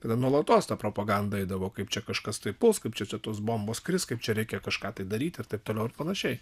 tada nuolatos ta propaganda eidavo kaip čia kažkas tuoj puls kaip čia tos bombos kris kaip čia reikia kažką tai daryti ir taip toliau ir panašiai